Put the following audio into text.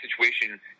situation